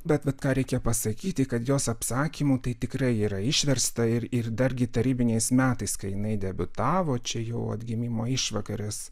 bet vat ką reikia pasakyti kad jos apsakymų tai tikrai yra išversta ir ir dargi tarybiniais metais kai jinai debiutavo čia jau atgimimo išvakarės